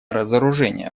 разоружения